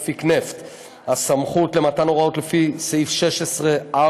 מפיק נפט); 4. הסמכות למתן הוראות לפי סעיף 16(4)